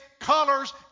Colors